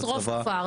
למשל לשרוף כפר.